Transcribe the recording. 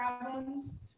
problems